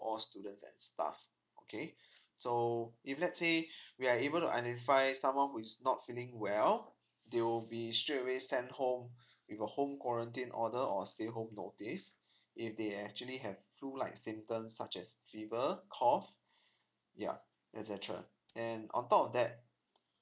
all students and staff okay so if let's say we are able to identify someone who is not feeling well they'll be straight away sent home with a home quarantine order or stay home notice if they actually have flu like symptoms such as fever cough ya etcetera ya on top of that